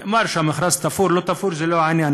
נאמר שהמכרז תפור, לא תפור, זה לא העניין.